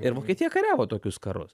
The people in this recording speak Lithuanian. ir vokietija kariavo tokius karus